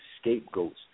scapegoats